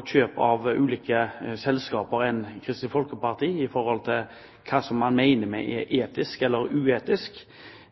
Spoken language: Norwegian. kjøp av ulike selskaper enn Kristelig Folkeparti har, med hensyn til hva man mener med «etisk» eller «uetisk».